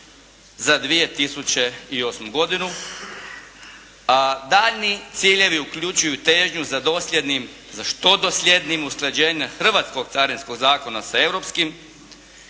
za 2008. godinu, a daljnji ciljevi uključuju težnju za dosljednim, za što dosljednijim usklađenjem hrvatskog Carinskog zakona sa europskim